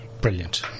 Brilliant